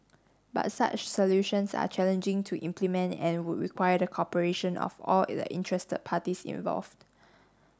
but such solutions are challenging to implement and would require the cooperation of all the interested parties involved